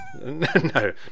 No